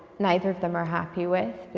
neither of them are happy with.